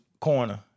corner